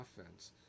offense